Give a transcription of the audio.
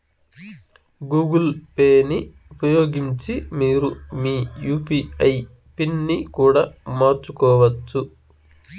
Google పేని ఉపయోగించి మీరు మీ యూ.పీ.ఐ పిన్ ని కూడా మార్చుకోవచ్చు